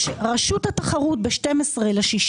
רשות התחרות ב-12.6,